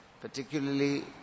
particularly